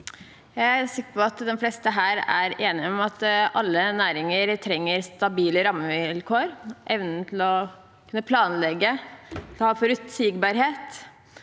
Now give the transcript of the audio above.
Jeg er sikker på at de fleste her er enige med meg i at alle næringer trenger stabile rammevilkår, evne til å kunne planlegge og forutsigbarhet.